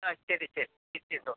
ആ ശരി ശരി ലിസ്റ്റിട്ടോ